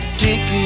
take